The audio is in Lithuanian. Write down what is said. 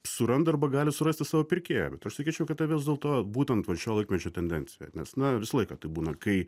suranda arba gali surasti savo pirkėją bet aš sakyčiau kad tai vis dėlto būtent va šio laikmečio tendencija nes na visą laiką taip būna kai